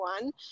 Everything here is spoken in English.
one